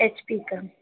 H P کا